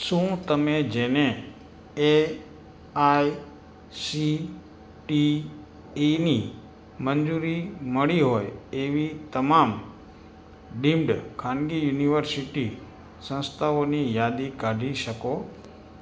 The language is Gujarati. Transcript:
શું તમે જેને એઆયસીઈઇની મંજૂરી મળી હોય એવી તમામ ડીમ્ડ ખાનગી યુનિવર્સિટી સંસ્થાઓની યાદી કાઢી શકો